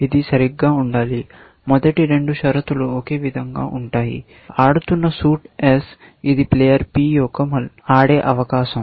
ఇది సరిగ్గా ఉండాలి మొదటి రెండు షరతులు ఒకే విధంగా ఉంటాయి ఆడుతున్న సూట్ s ఇది ప్లేయర్ P యొక్క మలుపు